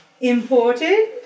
Imported